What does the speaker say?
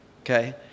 Okay